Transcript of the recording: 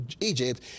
Egypt